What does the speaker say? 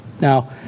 Now